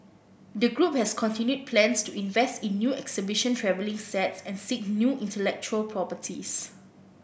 the group has continued plans to invest in new exhibition travelling sets and seek new intellectual properties